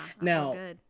now